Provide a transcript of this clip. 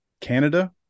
Canada